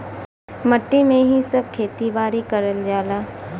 मट्टी में ही सब खेती बारी करल जाला